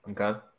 Okay